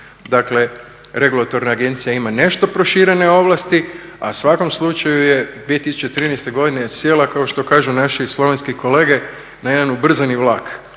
Dakle regulatorna agencija ima nešto proširene ovlasti, a u svakom slučaju je 2013.godine je sjela kao što kažu naš slovenski kolege na jedan ubrzani vlak